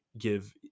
give